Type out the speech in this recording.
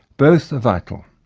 both are vital,